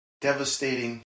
devastating